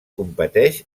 competeix